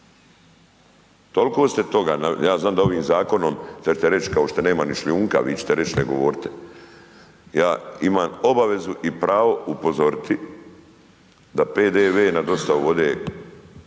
Toliko ste toga, ja znam da ovim zakonom, sada ćete reći kao šta nema ni šljunka, vi ćete reći ne govorite. Ja imam obavezu i pravo upozoriti da PDV na dostavu vode,